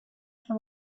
что